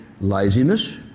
laziness